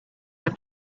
and